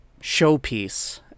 showpiece